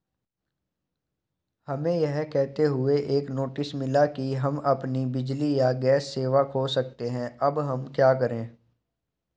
हमें यह कहते हुए एक नोटिस मिला कि हम अपनी बिजली या गैस सेवा खो सकते हैं अब हम क्या करें?